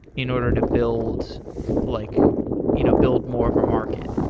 in order to build like you know build more of a market.